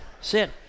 sit